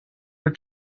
were